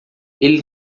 ele